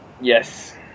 Yes